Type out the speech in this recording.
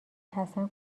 حسن